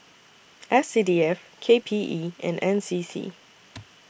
S C D F K P E and N C C